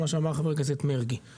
מה שאמר חבר הכנסת מרגי,